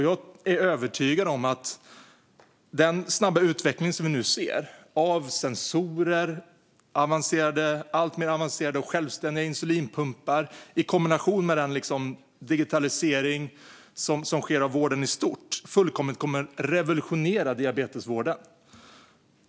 Jag är övertygad om att den snabba utveckling som vi nu ser av sensorer och alltmer avancerade och självständiga insulinpumpar i kombination med den digitalisering som sker av vården i stort fullkomligt kommer att revolutionera diabetesvården.